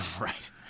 Right